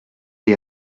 est